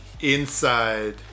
inside